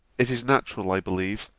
it is natural, i believe,